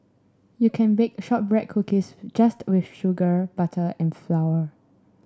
you can bake shortbread cookies just with sugar butter and flour